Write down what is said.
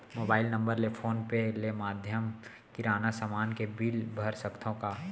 Mobile number ले PhonePe ले माधयम ले किराना समान के बिल भर सकथव का?